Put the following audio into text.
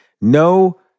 No